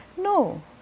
No